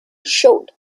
showed